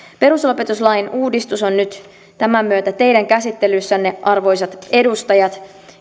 perusopetuslain uudistus on nyt tämän myötä teidän käsittelyssänne arvoisat edustajat